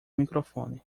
microfone